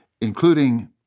including